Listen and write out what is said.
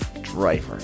driver